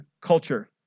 culture